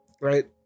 right